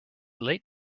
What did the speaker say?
late